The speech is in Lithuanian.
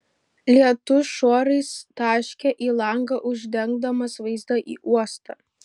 lietus šuorais taškė į langą uždengdamas vaizdą į uostą